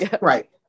Right